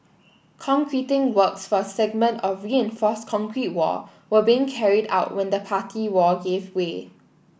concreting works for a segment of reinforced concrete wall were being carried out when the party wall gave way